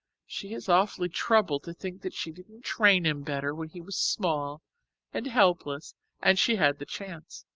she is awfully troubled to think that she didn't train him better when he was small and helpless and she had the chance.